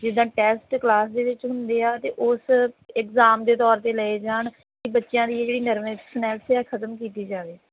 ਜਿੱਦਾਂ test class ਦੇ ਵਿੱਚ ਹੁੰਦੇ ਆ ਅਤੇ ਉਸ ਇਗਜ਼ਾਮ ਦੇ ਤੌਰ 'ਤੇ ਲਏ ਜਾਣ ਕਿ ਬੱਚਿਆਂ ਦੀ ਜਿਹੜੀ ਨਰਵਸਨੈਸ ਹੈ ਖ਼ਤਮ ਕੀਤੀ ਜਾਵੇ